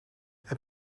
heb